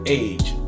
age